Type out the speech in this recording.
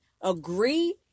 agree